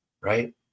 right